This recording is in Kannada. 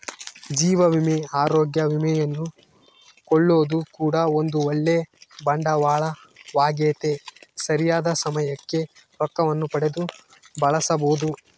ಜೀವ ವಿಮೆ, ಅರೋಗ್ಯ ವಿಮೆಯನ್ನು ಕೊಳ್ಳೊದು ಕೂಡ ಒಂದು ಓಳ್ಳೆ ಬಂಡವಾಳವಾಗೆತೆ, ಸರಿಯಾದ ಸಮಯಕ್ಕೆ ರೊಕ್ಕವನ್ನು ಪಡೆದು ಬಳಸಬೊದು